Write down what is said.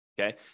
okay